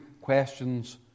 questions